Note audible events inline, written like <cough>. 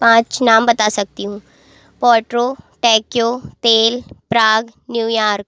पाँच नाम बता सकती हूँ पोर्ट्रो टैक्यो <unintelligible> न्यूयार्क